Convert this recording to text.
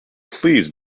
please